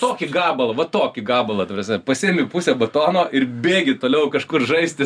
tokį gabalą va tokį gabalą ta prasme pasiimi pusę batono ir bėgi toliau kažkur žaisti